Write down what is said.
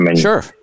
Sure